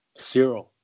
zero